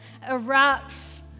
erupts